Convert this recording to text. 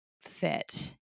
fit